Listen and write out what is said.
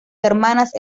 hermanas